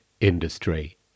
industry